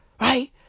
right